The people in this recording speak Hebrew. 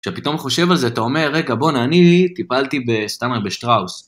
כשפתאום חושב על זה אתה אומר רגע בוא הנה אני טיפלתי בסטנדר בשטראוס